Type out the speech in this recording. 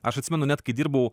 aš atsimenu net kai dirbau